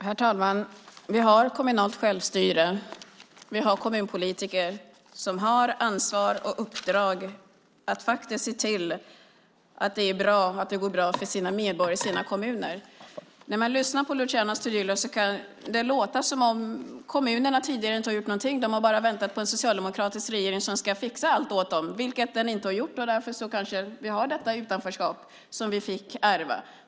Herr talman! Vi har kommunalt självstyre, och vi har kommunpolitiker som har ansvar och uppdrag att faktiskt se till att det går bra för medborgarna i deras kommuner. När man lyssnar på Luciano Astudillo kan det låta som om kommunerna tidigare inte har gjort någonting. De har bara väntat på en socialdemokratisk regering som ska fixa allting åt dem, vilket den inte har gjort. Därför kanske vi har det utanförskap som vi fick ärva.